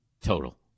Total